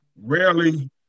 rarely